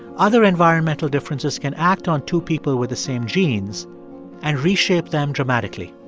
other environmental differences can act on two people with the same genes and reshape them dramatically.